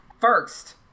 First